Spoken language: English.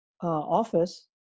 office